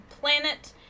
planet